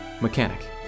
mechanic